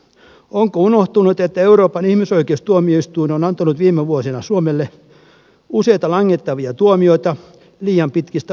onko unohtunut että euroopan ihmisoikeustuomioistuin on antanut viime vuosina suomelle useita langettavia tuomioita liian pitkistä oikeuskäsittelyajoista